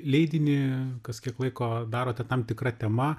leidinį kas kiek laiko darote tam tikra tema